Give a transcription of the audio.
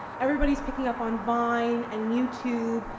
everybody's picking up on vine and youtube.